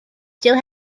still